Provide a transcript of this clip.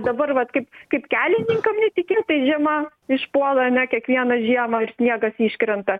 dabar vat kaip kaip kelininkam netikėtai žiema išpuola ane kiekvieną žiemą ir sniegas iškrenta